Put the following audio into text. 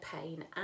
pain